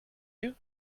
you